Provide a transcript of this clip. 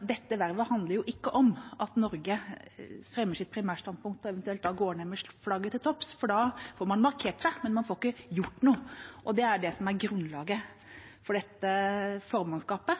dette vervet handler ikke om at Norge fremmer sitt primærstandpunkt, og da eventuelt går ned med flagget til topps. Da får man markert seg, men man får ikke gjort noe. Det er det som er grunnlaget for dette formannskapet.